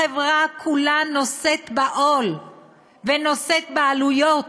החברה כולה נושאת בעול ונושאת בעלויות